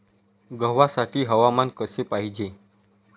गव्हासाठी हवामान कसे पाहिजे?